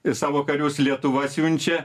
ir savo karius lietuva siunčia